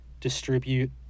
distribute